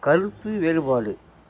கருத்து வேறுபாடு